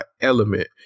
element